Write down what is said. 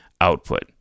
output